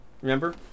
Remember